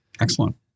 Excellent